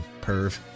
perv